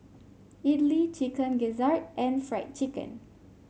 idly Chicken Gizzard and Fried Chicken